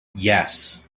yes